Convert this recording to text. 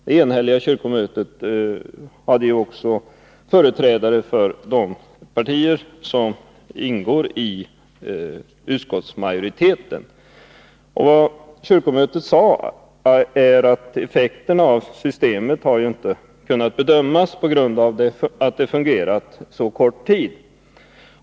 Det enhälliga kyrkomötet hade också företrädare för de partier som ingår i utskottsmajoriteten. Vad kyrkomötet sade var att effekterna av systemet inte har kunnat bedömas på grund av att det fungerat så kort tid.